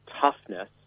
toughness